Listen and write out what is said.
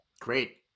Great